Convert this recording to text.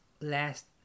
last